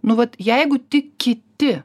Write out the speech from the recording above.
nu vat jeigu tik kiti